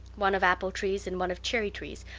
one of apple-trees and one of cherry-trees,